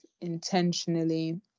intentionally